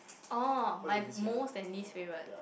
oh my most and least favourite